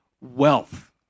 wealth